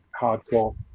hardcore